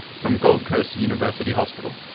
from gold coast university hospital.